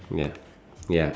ya ya